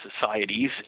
societies